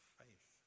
faith